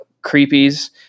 creepies